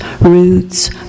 roots